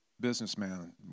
businessman